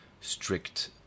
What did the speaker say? strict